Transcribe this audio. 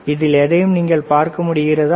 இதில் எதையும் நீங்கள் பார்க்க முடிகிறதா